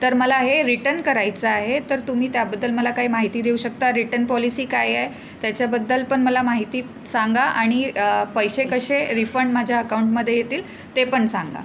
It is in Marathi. तर मला हे रिटन करायचं आहे तर तुम्ही त्याबद्दल मला काही माहिती देऊ शकता रिटन पॉलिसी काय आहे त्याच्याबद्दल पण मला माहिती सांगा आणि पैसे कसे रिफंड माझ्या अकाउंटमध्ये येतील ते पण सांगा